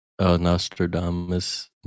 Nostradamus